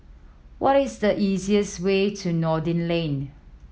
what is the easiest way to Noordin Lane